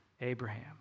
Abraham